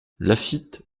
laffitte